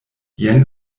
jen